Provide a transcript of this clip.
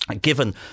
given